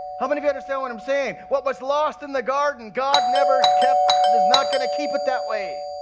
how many can understand what i'm saying? what was lost in the garden, garden never kept, does not gonna keep it that way.